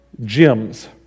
gyms